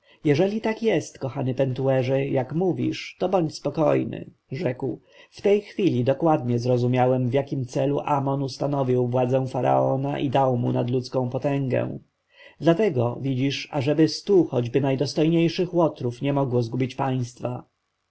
jeżeli tak jest kochany pentuerze jak mówisz to bądź spokojny rzekł w tej chwili dokładnie zrozumiałem w jakim celu amon ustanowił władzę faraona i dał mu nadludzką potęgę dlatego widzisz ażeby stu choćby najdostojniejszych łotrów nie mogło zgubić państwa